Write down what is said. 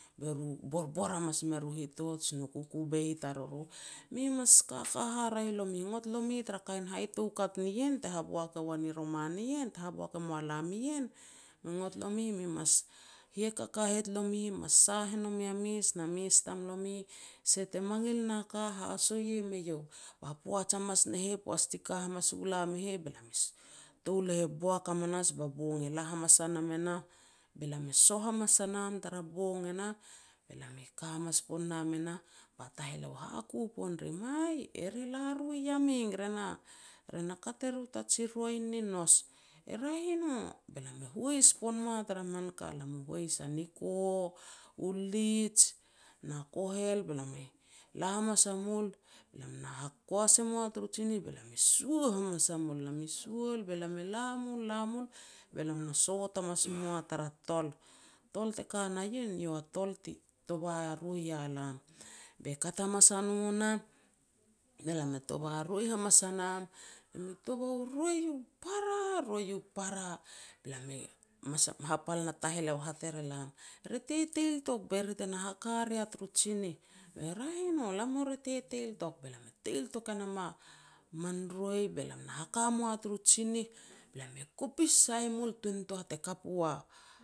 be ru borbor hamas mer hitoj nu kukuvei taruru. "Mi mas kaka haraeh lomi, ngot lomi tara kain hai toukat ni ien te haboak e goan i roman ien, te haboak e moa lam ien, me ngot lome mi mas hiakakahet lomi, mi mas sah e no mi a mes na mes tamlomi. Se te mangil na ka, haso iam eiou." Ba poaj hamas ne heh, poaj ti ka hamas u lam e heh be lam e touleh e back hamanas, ba bong e la hamas a nan e nah, be lam e soh hamas a nam tara bong enah, be lam e ka hamas pon nam e nah, ba taheleo haku pon rim, "Aih, e ri la ru Yameng, re na-re na kaj eru ta ji roi ni nous", "e raeh i no." Be lam e hois pon moa tar man ka, lam mu hois a niko, u lij na kohel, be lam e la hamas a mul, be lam na hakoas e moa taru tsinih, be lam e sua hamas a mul. Lam i sual me lam e la mul, la mul be lam na sot hamas moa tara tol. Tol teka na ien eiou a tol ti tova roi a lam. Be kat hamas a no nah, be lam e tova roi hamas a nam. Lam i tovei u roi u para roi u para, be lam hapal na taheleo hat er elam, "Re teteil tok be ri te na haka rea turu tsinih." "Raeh e no, lamu re teteil tok." Be lam teil tok e nam a man roi, be lam na haka moa tar tsinih, be lam e kopis sai mul tuan nitoa te kap u a